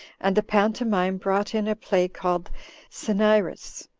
and the pantomime brought in a play called cinyras,